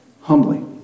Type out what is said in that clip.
humbly